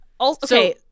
Okay